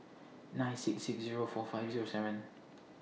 nine six six Zero four five Zero seven